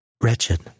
Wretched